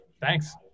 thanks